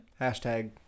Hashtag